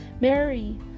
Mary